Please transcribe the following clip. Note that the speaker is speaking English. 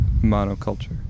monoculture